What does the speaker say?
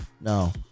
No